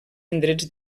indrets